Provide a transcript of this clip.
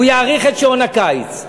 הוא יאריך את שעון הקיץ.